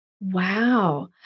wow